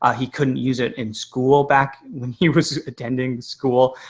ah he couldn't use it in school back when he was attending school.